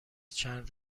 چند